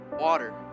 water